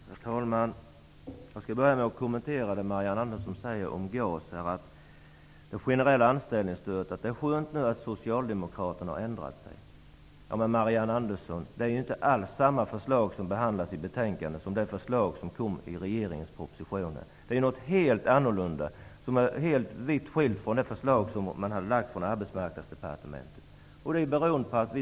Herr talman! Jag skall börja med att kommentera det Marianne Andersson säger om det generella anställningsstödet, GAS: Det är skönt att Socialdemokraterna har ändrat sig. Men, Marianne Andersson, det förslag som behandlas i betänkandet är ju inte alls samma som det som kom i regeringens proposition. Betänkandets förslag är något helt annat, vitt skilt från det förslag som Arbetsmarknadsdepartementet lade fram.